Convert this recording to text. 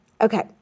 Okay